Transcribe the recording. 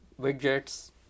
widgets